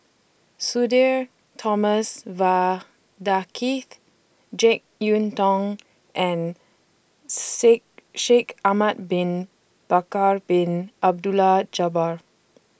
Sudhir Thomas Vadaketh Jek Yeun Thong and Sick Shaikh Ahmad Bin Bakar Bin Abdullah Jabbar